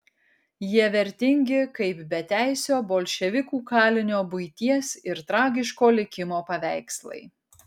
jie vertingi kaip beteisio bolševikų kalinio buities ir tragiško likimo paveikslai